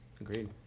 Agreed